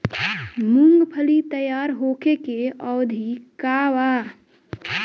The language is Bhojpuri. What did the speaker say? मूँगफली तैयार होखे के अवधि का वा?